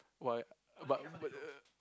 what but uh